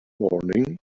morning